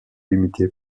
limitée